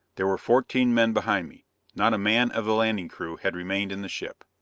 there were fourteen men behind me not a man of the landing crew had remained in the ship!